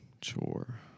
chore